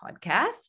podcast